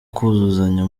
kuzuzanya